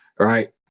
Right